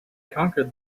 conquered